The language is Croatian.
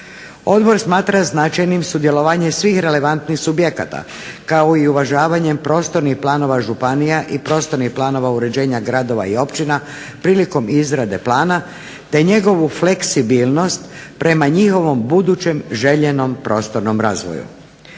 Odbor smatra značajnim sudjelovanje svih relevantnih subjekata kao i uvažavanjem prostornih planova županija i prostornih planova uređenja gradova i općina prilikom izrade plana, te njegovu fleksibilnost prema njihovom budućem željenom prostornom razvoju.